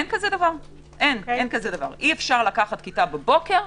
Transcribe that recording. אי אפשר לקחת כיתה בבוקר,